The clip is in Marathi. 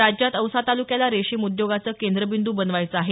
राज्यात औसा तालुक्याला रेशीम उद्योगाचे केंद्रबिंद बनवायचे आहे